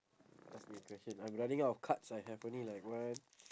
ask me a question I'm running out of cards I have only like one